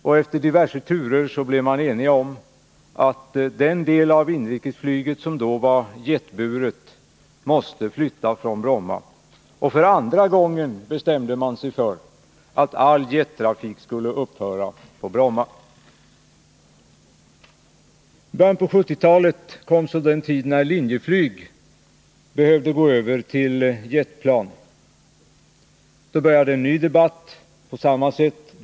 Och efter diverse turer blev man ense om att den del av inrikesflyget som då var jetburet måste flytta från Bromma. För andra gången bestämdes att all jettrafik skulle upphöra på Bromma. I början av 1970-talet kom så den tid då Linjeflyg behövde gå över till jetplan. Då startade en ny debatt.